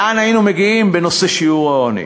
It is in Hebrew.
לאן היינו מגיעים בנושא שיעור העוני?